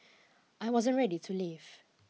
I wasn't ready to leave